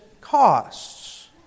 costs